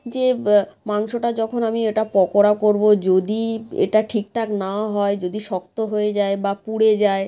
যে মাংসটা যখন আমি এটা পকোড়া করবো যদি এটা ঠিকঠাক না হয় যদি শক্ত হয়ে যায় বা পুড়ে যায়